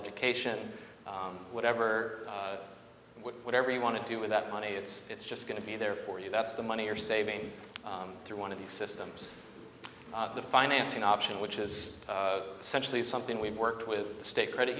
education whatever whatever you want to do with that money it's it's just going to be there for you that's the money you're saving through one of these systems the financing option which is essentially something we've worked with the state credit